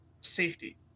safety